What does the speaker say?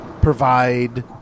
provide